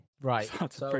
Right